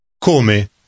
Come